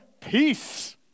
peace